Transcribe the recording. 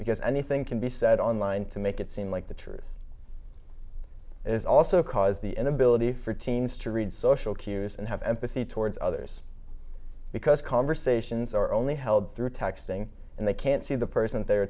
because anything can be said online to make it seem like the truth is also cause the inability for teens to read social cues and have empathy towards others because conversations are only held through texting and they can't see the person they